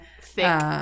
thick